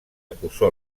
acusó